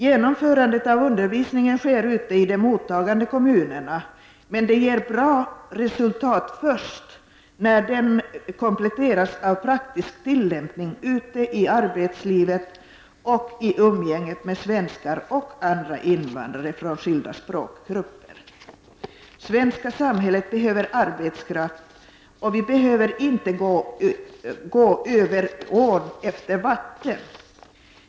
Genomförandet av undervisningen sker ute i de mottagande kommunerna, men den ger bra resultat först när den kompletteras med praktisk tillämpning ute i arbetslivet och i umgänget med svenskar och andra invandrare från skilda språkgrupper. Det svenska samhället behöver arbetskraft, och vi behöver inte gå över ån efter vatten.